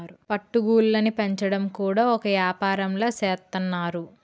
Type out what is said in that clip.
పట్టు గూళ్ళుని పెంచడం కూడా ఒక ఏపారంలా సేత్తన్నారు